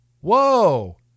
Whoa